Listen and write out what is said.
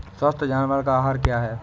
स्वस्थ जानवर का आहार क्या है?